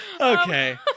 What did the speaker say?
Okay